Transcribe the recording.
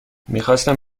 میخواستم